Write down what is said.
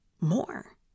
more